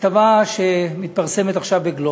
כתבה שמתפרסמת עכשיו ב"גלובס".